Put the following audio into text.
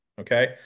Okay